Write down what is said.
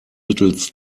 mittels